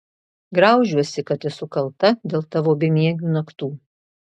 graužiuosi kad esu kalta dėl tavo bemiegių naktų